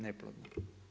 Neplodna.